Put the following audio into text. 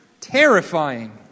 terrifying